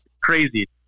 Crazy